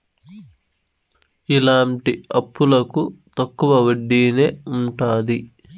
ఇలాంటి అప్పులకు తక్కువ వడ్డీనే ఉంటది